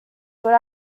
good